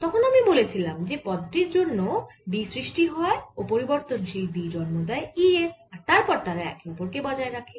তখন আমি বলেছিলাম যে পদ টির জন্যই B সৃষ্টি হয় ও পরিবর্তনশীল B জন্ম দেয় E এর আর তারপর তারা একে অপর কে বজায় রাখে